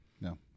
No